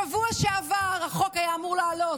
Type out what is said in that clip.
בשבוע שעבר החוק היה אמור לעלות,